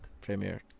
premiere